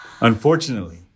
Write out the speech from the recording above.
Unfortunately